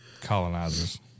Colonizers